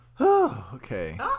Okay